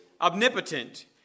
omnipotent